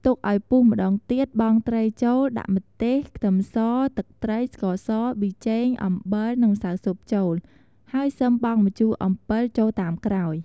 ទុកអោយពុះម្ដងទៀតបង់ត្រីចូល ដាក់ម្ទេស ខ្ទឹមស ទឹកត្រី ស្ករស ប៊ីចេង អំបិល និងម្សៅស៊ុបចូល ហើយសឹមបង់ម្ជូរអម្ពិលចូលតាមក្រោយ។